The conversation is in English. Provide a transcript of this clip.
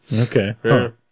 Okay